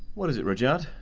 what is it, rudyard?